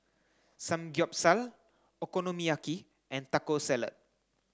Samgyeopsal Okonomiyaki and Taco Salad